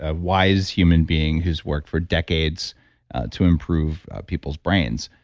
ah wise human being who's worked for decades to improve people's brains.